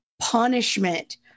punishment